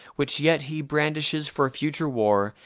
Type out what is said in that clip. which yet he brandishes for future war,